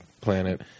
planet